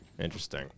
Interesting